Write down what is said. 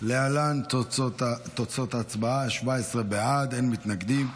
להלן תוצאות ההצבעה: 17 בעד, אין מתנגדים.